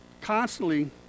constantly